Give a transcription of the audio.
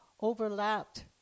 overlapped